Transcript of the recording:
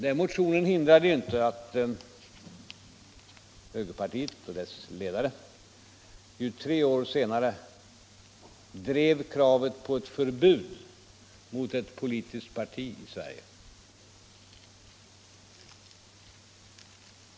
Den motionen hindrade ju inte att högerpartiet och dess ledare tre år senare drev kravet på ett förbud mot ett politiskt parti i Sverige.